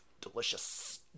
Delicious